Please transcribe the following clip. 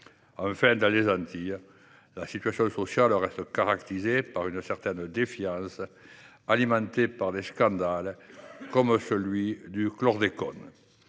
Enfin, dans les Antilles, la situation sociale reste caractérisée par une certaine défiance, alimentée par des scandales comme celui du chlordécone.